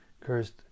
cursed